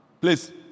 Please